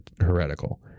heretical